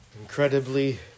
Incredibly